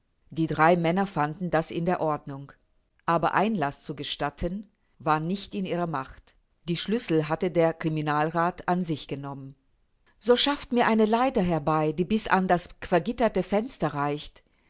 die drei männer fanden das in der ordnung aber einlaß zu gestatten war nicht in ihrer macht die schlüssel hatte der criminalrath an sich genommen so schafft mir eine leiter herbei die bis an das vergitterte fenster reicht